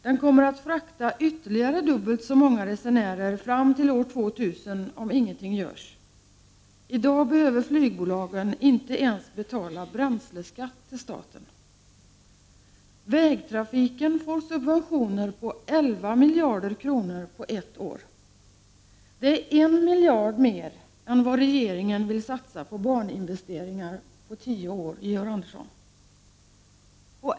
Den kommer att frakta ytterligare dubbelt så många resenärer fram till år 2000 om ingenting görs. I dag behöver flygbolagen inte ens betala bränsleskatt till staten. Vägtrafiken får subventioner på 11 miljarder kronor på ett år. Det är 1 miljard mer än vad regeringen vill satsa på baninvesteringar på tio år, Georg Andersson.